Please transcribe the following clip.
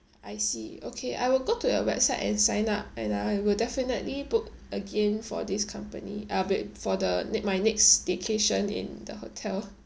I see okay I will go to your website and sign up and I will definitely book again for this company uh bit for the ne~ my next staycation in the hotel